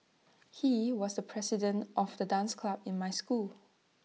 he was the president of the dance club in my school